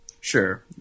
Sure